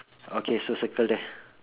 okay so circle there